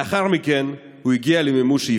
לאחר מכן הוא הגיע למימוש שאיפתו: